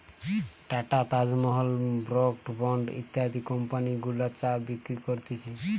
tata, Taj Mahal, Brooke Bond ইত্যাদি company গুলা চা বিক্রি করতিছে